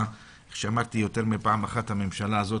שמעתי יותר מפעם אחת שהממשלה הזאת